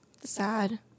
Sad